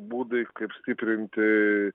būdai kaip stiprinti